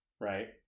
right